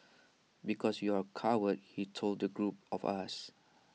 because you are cowards he told the group of us